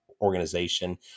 organization